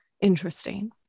Interesting